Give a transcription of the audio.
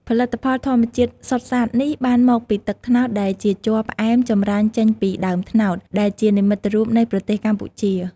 ផលិតផលធម្មជាតិសុទ្ធសាធនេះបានមកពីទឹកត្នោតដែលជាជ័រផ្អែមចម្រាញ់ចេញពីដើមត្នោត ដែលជានិមិត្តរូបនៃប្រទេសកម្ពុជា។